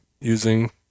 using